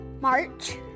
March